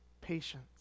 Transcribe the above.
patience